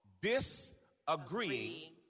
disagreeing